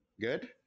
Good